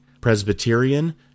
Presbyterian